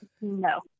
No